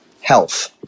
health